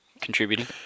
contributing